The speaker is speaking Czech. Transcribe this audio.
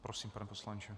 Prosím, pane poslanče.